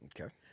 Okay